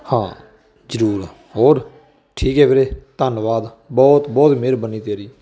ਹਾਂ ਜ਼ਰੂਰ ਹੋਰ ਠੀਕ ਹੈ ਵੀਰੇ ਧੰਨਵਾਦ ਬਹੁਤ ਬਹੁਤ ਮਿਹਰਬਾਨੀ ਤੇਰੀ